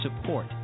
support